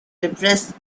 depressed